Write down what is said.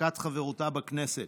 שהפסקת חברותה בכנסת